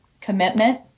commitment